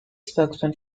spokesman